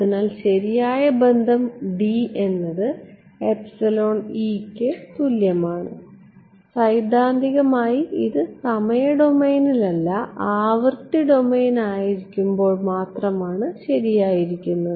അതിനാൽ ശരിയായ ബന്ധം D എന്നത് epsilon E ക്ക് തുല്യമാണ് സൈദ്ധാന്തികമായി ഇത് സമയ ഡൊമെയ്നിൽ അല്ല ആവൃത്തി ഡൊമെയ്നിൽ ആയിരിക്കുമ്പോൾ മാത്രമാണ് ശരിയായിരിക്കുന്നത്